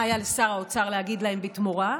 מה היה לשר האוצר להגיד להם בתמורה?